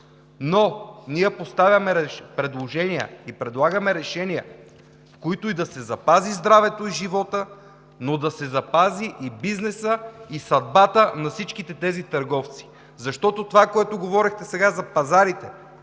Ние поставяме предложения и предлагаме решения, които са да се запази здравето и животът, но да се запази и бизнесът, и съдбата на всички тези търговци. Това, което говорихте сега за пазарите,